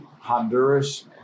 Honduras